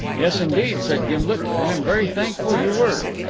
yes, indeed, said gimblet. i am very thankful you were.